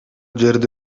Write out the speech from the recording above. жерде